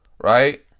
Right